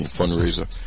fundraiser